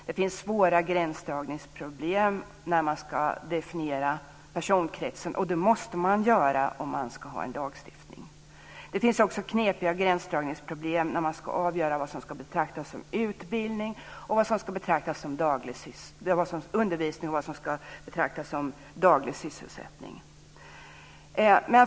Det finns svåra gränsdragningsproblem när man ska definiera personkretsen, och det måste man göra om man ska ha en lagstiftning. Det finns också knepiga gränsdragningsproblem när man ska avgöra vad som ska betraktas som undervisning och vad som ska betraktas som daglig sysselsättning.